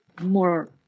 more